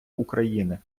україни